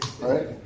Right